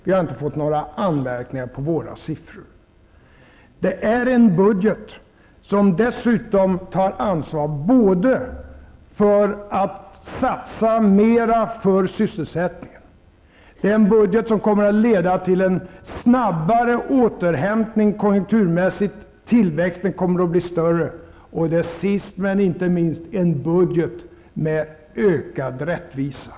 Vi har inte fått några anmärkningar på våra siffror. Det är en budget där vi dessutom satsar mer för sysselsättningen. Det är en budget som kommer att leda till en snabbare återhämtning konjunkturmässigt. Tillväxten kommer att bli större. Det är till sist men inte minst en budget med ökad rättvisa.